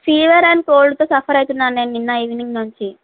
fever and కోల్డ్తో suffer అవుతున్నాను నిన్న ఈవినింగ్ నుంచి